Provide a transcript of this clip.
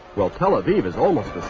well tel aviv is almost the